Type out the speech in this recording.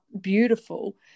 beautiful